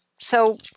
so-